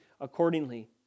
accordingly